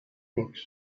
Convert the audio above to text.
books